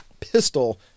pistol